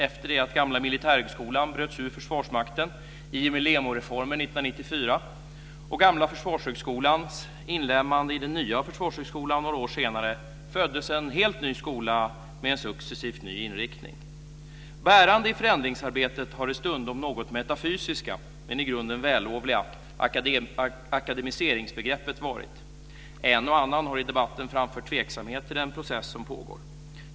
Efter det att gamla Militärhögskolan bröts ur Försvarsmakten i och med LE MO-reformen 1994 och gamla Försvarshögskolans inlemmande i den nya försvarshögskolan några år senare föddes en helt ny skola med en successivt ny inriktning. Bärande i förändringsarbetet har det stundom något metafysiska - men i grunden vällovliga - akademiseringsbegreppet varit. En och annan har i debatten framfört tveksamhet till den process som pågår.